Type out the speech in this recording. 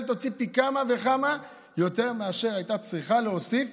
תוציא פי כמה וכמה יותר מאשר הייתה צריכה להוסיף